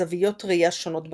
זוויות ראייה שונות בסיפור,